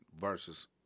versus –